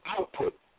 output